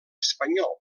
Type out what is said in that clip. espanyol